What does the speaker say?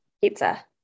Pizza